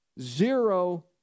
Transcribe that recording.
Zero